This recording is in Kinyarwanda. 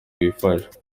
bwifashe